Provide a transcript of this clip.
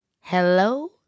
Hello